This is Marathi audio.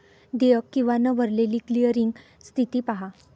देयक किंवा न भरलेली क्लिअरिंग स्थिती पहा